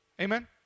Amen